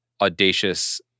audacious